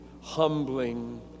humbling